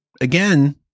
again